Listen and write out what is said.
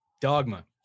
dogma